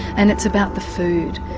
and it's about the food.